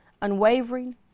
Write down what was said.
unwavering